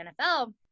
NFL